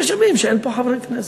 יש ימים שאין פה חברי כנסת,